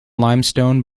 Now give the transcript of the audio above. limestone